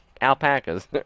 alpacas